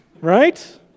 right